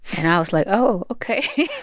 and i was like, oh, ok